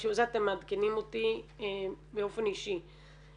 זה אתם מעדכנים אותי באופן אישי.